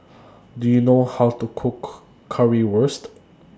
Do YOU know How to Cook Currywurst